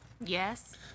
Yes